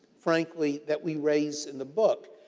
frankly, that we raise in the book.